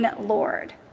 Lord